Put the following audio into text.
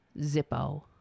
Zippo